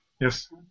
Yes